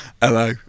Hello